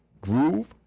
groove